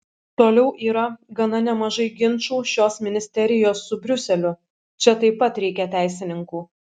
toliau yra gana nemažai ginčų šios ministerijos su briuseliu čia taip pat reikia teisininkų